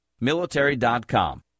Military.com